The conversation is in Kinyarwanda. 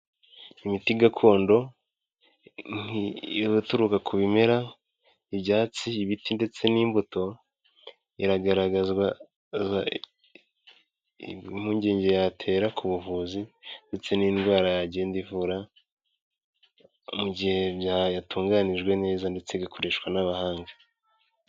Imiti gakondo ituruka ku bimera, ibyatsi, ibiti ndetse n'imbuto iragaragaza impungenge yatera ku buvuzi, ndetse n'indwara yagenda ivura mu gihe yatunganijwe neza ndetse igakoreshwa n'abahanga.